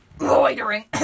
loitering